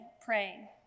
praying